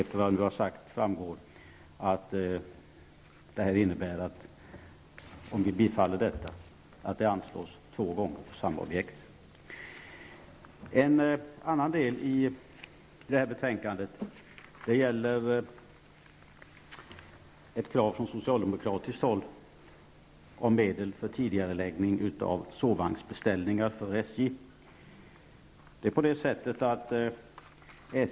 Av vad jag har sagt framgår att ett bifall till detta förslag skulle innebära att vi anslår medel två gånger till samma objekt. Från socialdemokratiskt håll finns krav på medel för tidigareläggning av beställningar av sovvagnar till SJ.